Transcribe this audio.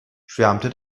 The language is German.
schwärmte